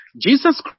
Jesus